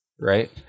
right